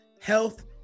health